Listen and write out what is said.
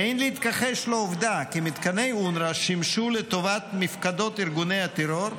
אין להתכחש לעובדה כי מתקני אונר"א שימשו לטובת מפקדות ארגוני הטרור,